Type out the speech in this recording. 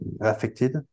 affected